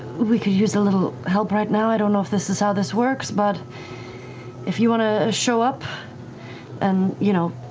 we could use a little help right now. i don't know if this is how this works, but if you want to show up and you know,